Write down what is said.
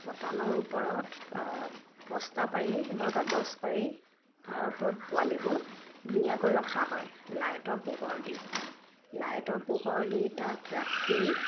পতানৰ ওপৰত বস্তা পাৰি বা কাগজ পাৰি তাৰ ওপৰত পোৱালিবোৰ ধুনীয়াকৈ ৰখা হয় লাইটৰ পোহৰ দি লাইটৰ পোহৰ দি তাত ৰাখি